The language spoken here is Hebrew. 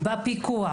בפיקוח,